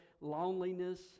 loneliness